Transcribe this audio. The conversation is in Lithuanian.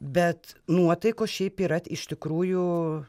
bet nuotaikos šiaip yra iš tikrųjų